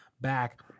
back